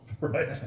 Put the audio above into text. Right